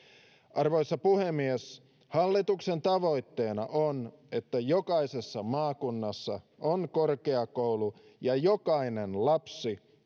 arvoisa puhemies hallituksen tavoitteena on että jokaisessa maakunnassa on korkeakoulu ja jokainen lapsi